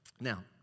Now